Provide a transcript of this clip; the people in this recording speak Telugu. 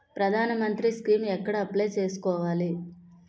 ప్రధాన మంత్రి స్కీమ్స్ ఎక్కడ అప్లయ్ చేసుకోవాలి?